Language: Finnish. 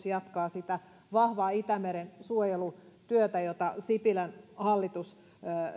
jatkaa sitä vahvaa itämeren suojelutyötä jota sipilän hallitus